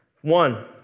One